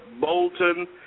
Bolton